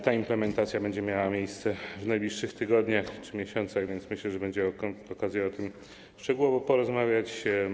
Ta implementacja będzie miała miejsce w najbliższych tygodniach czy miesiącach, więc myślę, że będzie okazja o tym szczegółowo porozmawiać.